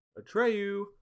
atreyu